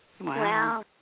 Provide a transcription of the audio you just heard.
Wow